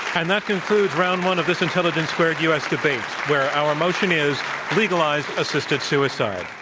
and that concludes round one of this intelligence squared u. s. debate where our motion is legalize assisted suicide.